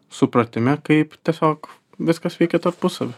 supratime kaip tiesiog viskas veikia tarpusavy